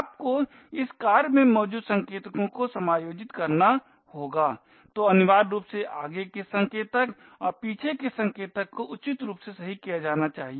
आपको इस कार्य में मौजूद संकेतकों को समायोजित करना होगा तो अनिवार्य रूप से आगे के संकेतक और पीछे के संकेतक को उचित रूप से सही किया जाना चाहिए